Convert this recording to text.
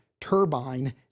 turbine